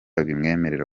bimwemerera